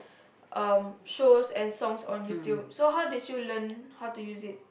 um shows and songs on YouTube so how did you learn how to use it